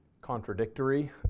contradictory